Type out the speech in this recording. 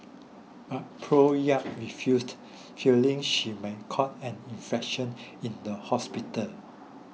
but Prof Yap refused fearing she might catch an infection in the hospital